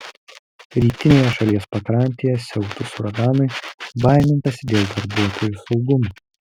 rytinėje šalies pakrantėje siautus uraganui baimintasi dėl darbuotojų saugumo